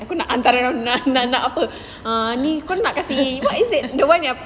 aku nak hantaran yang nak nak apa ni kau nak kasi what is it the one yang